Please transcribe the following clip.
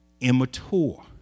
immature